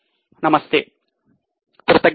నమస్తే కృతజ్ఞతలు